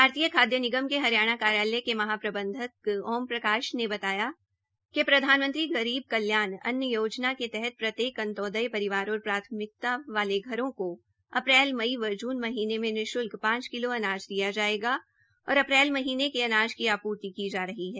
भारतीय खाद्य निगम के हरियाणा कार्यालय के महाप्रबंधन ओम प्रकाश् ने बताया कि प्रधानमंत्रीगरीब कल्याण अन्न योजना के तहत प्रत्येक अंत्योदय परिवार और प्राथमिकता वाले घरों को अप्रैल मई व जून महीनें में निश्ल्क पांच किलों अनाज दिया जायेगा और अप्रैल महीने के अनाज की आपूर्ति की जा रही है